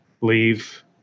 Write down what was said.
leave